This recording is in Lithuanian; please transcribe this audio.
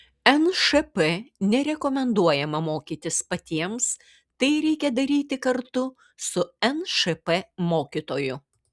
nšp nerekomenduojama mokytis patiems tai reikia daryti kartu su nšp mokytoju